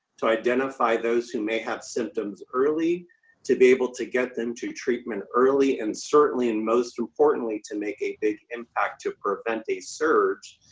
to identify those who may have symptoms early to be able to get them to treatment early, and certainly and most importantly, to make a big impact to prevent a surge,